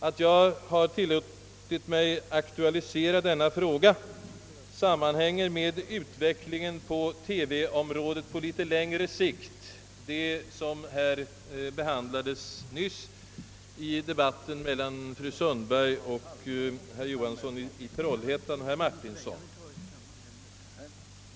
Att jag har tillåtit mig att aktualisera denna fråga sammanhänger med utvecklingen på TV-området på litet längre sikt, en sak som ju nyss behandlades här i debatten mellan fru Sundberg, herr Johansson i Trollhättan och herr Martinsson.